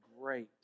great